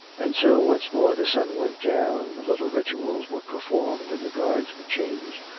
and so once more the sun went down, and the little rituals were performed, and the guards were changed,